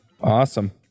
Awesome